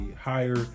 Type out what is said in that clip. higher